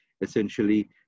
essentially